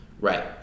right